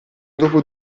dopo